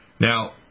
Now